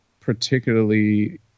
particularly